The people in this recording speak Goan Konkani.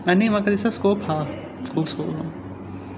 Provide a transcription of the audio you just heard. आनी म्हाका दिसता स्कोप आसा खूब स्कोप